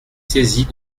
saisie